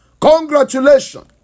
Congratulations